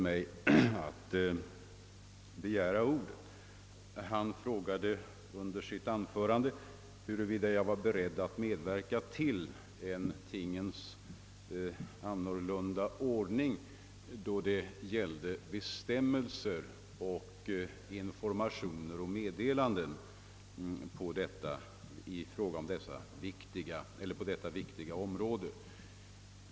Herr Hedin frågade i sitt anförande, huruvida jag är beredd att medverka till en annan tingens ordning när det gäller bestämmelser, informationer och meddelanden på detta viktiga område.